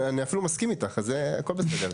אני אפילו מסכים איתך, אז הכול בסדר.